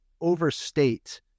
overstate